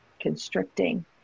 constricting